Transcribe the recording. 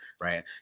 right